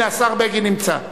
הנה, השר בגין נמצא.